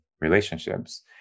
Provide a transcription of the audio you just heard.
relationships